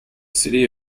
city